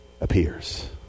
appears